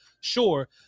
sure